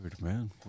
man